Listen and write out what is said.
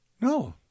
no